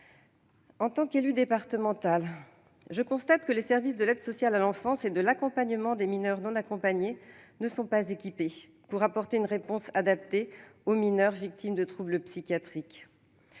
En tant qu'élue départementale, je constate que les services de l'aide sociale à l'enfance et de l'accompagnement des mineurs non accompagnés ne sont pas équipés pour apporter une réponse adaptée aux mineurs victimes de troubles psychiatriques.